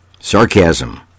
sarcasm